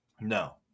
No